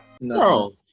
No